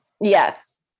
Yes